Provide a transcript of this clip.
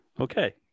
okay